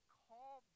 call